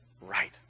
Right